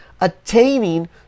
attaining